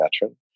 veteran